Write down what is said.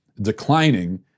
declining